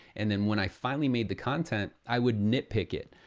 and then when i finally made the content, i would nitpick it.